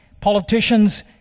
politicians